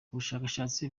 ubushakashatsi